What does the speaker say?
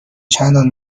چندان